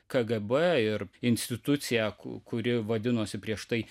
kgb ir institucija ku kuri vadinosi prieš tai